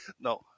No